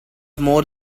more